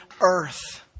earth